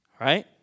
Right